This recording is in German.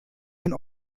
ein